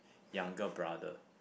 younger brother